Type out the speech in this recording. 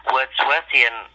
Wordsworthian